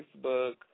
Facebook